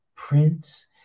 Prince